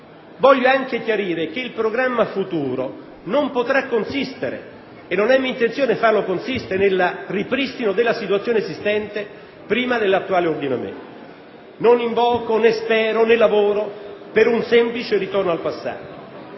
Voglio anche chiarire che il programma futuro non potrà consistere, non è mia intenzione farlo consistere, nel ripristino della situazione esistente prima dell'attuale ordinamento. Non invoco, né spero, né lavoro per un semplice ritorno al passato.